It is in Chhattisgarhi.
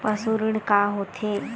पशु ऋण का होथे?